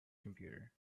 computer